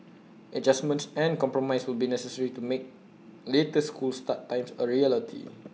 adjustments and compromise will be necessary to make later school start times A reality